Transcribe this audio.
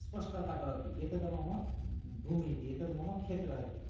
स्पष्टता करोति एतत् मम भूमिः इति एतत् मम क्षेत्रम् इति